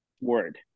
word